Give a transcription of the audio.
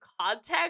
context